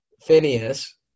Phineas